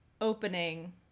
opening